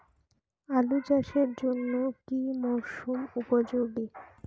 আলু চাষের জন্য কি মরসুম উপযোগী?